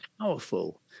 powerful